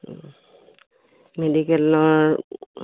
মেডিকেলৰ